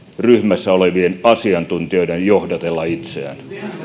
ryhmässä olevien asiantuntijoiden johdatella itseään